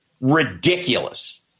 ridiculous